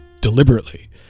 deliberately